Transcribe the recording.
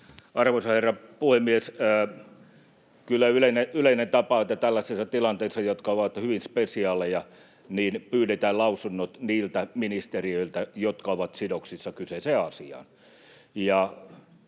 Arvoisa herra puhemies! Kyllä yleinen tapa on, että tällaisissa tilanteissa, jotka ovat hyvin spesiaaleja, pyydetään lausunnot niiltä ministeriöiltä, jotka ovat sidoksissa kyseiseen asiaan,